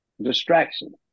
distraction